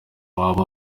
baba